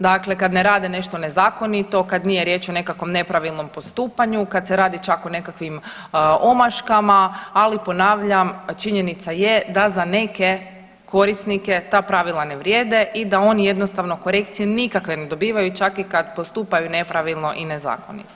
Dakle, kad ne rade nešto nezakonito, kad nije riječ o nekakvom nepravilnom postupanju, kad se radi čak o nekakvim omaškama, ali ponavljam činjenica je da za neke korisnike ta pravila ne vrijede i da oni jednostavno korekcije nikakve ne dobivaju čak i kad postupaju nepravilno i nezakonito.